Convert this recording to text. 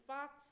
Fox